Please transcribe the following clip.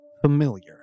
familiar